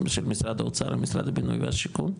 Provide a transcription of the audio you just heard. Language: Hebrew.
של משרד האוצר על משרד הבינוי והשיכון.